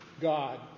God